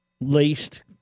laced